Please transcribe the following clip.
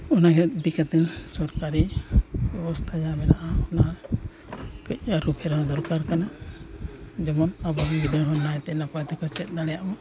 ᱚᱱᱟ ᱤᱫᱤ ᱠᱟᱛᱮᱫ ᱥᱚᱨᱠᱟᱨᱤ ᱵᱮᱵᱚᱥᱛᱟ ᱡᱟᱦᱟᱸ ᱢᱮᱱᱟᱜᱼᱟ ᱚᱱᱟ ᱠᱟᱹᱡ ᱟᱹᱨᱩ ᱯᱷᱮᱨᱟᱣ ᱫᱚᱨᱠᱟᱨ ᱠᱟᱱᱟ ᱡᱮᱢᱚᱱ ᱟᱵᱚᱨᱮᱱ ᱜᱤᱫᱽᱨᱟᱹ ᱱᱟᱭᱛᱮ ᱱᱟᱯᱟᱭ ᱛᱮᱠᱚ ᱪᱮᱫ ᱫᱟᱲᱮᱭᱟᱜᱼᱢᱟ